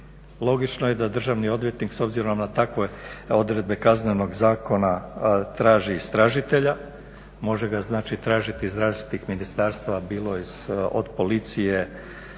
Logično je da državni odvjetnik s obzirom na takve odredbe Kaznenog zakona traži istražitelja. Može ga znači tražiti iz različitih ministarstava, bilo od policije,